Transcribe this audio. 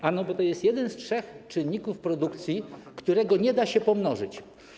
Jest tak, bo to jest jeden z trzech czynników produkcji, którego nie da się pomnożyć.